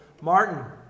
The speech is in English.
Martin